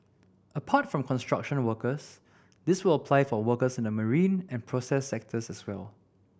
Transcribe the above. apart from construction workers this will apply for workers in the marine and process sectors as well